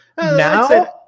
Now –